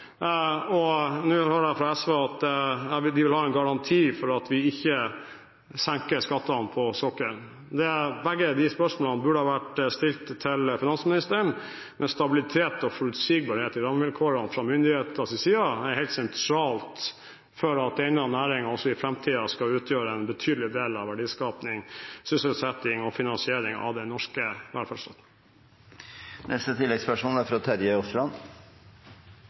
nå hører fra SV at de vil ha en garanti for at vi ikke senker skattene på sokkelen. Begge de spørsmålene burde vært stilt til finansministeren, men stabilitet og forutsigbarhet i rammevilkårene fra myndighetenes side er helt sentralt for at denne næringen også i framtiden skal utgjøre en betydelig del av verdiskapingen og sysselsettingen i landet og av finansieringen av den norske velferdsstaten. Terje Aasland – til oppfølgingsspørsmål. Jeg synes det er